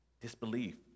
disbelief